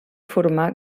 formar